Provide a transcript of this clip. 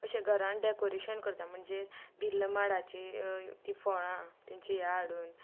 अशें घरांत डेकोरेशन करता म्हणजे बिल्ल माडाची ती फळां तेंची हें हाडून